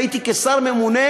הייתי, כשר ממונה,